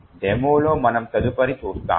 డెమోలో మనము తదుపరి చూస్తాము